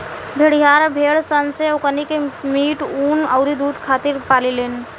भेड़िहार भेड़ सन से ओकनी के मीट, ऊँन अउरी दुध खातिर पाले लेन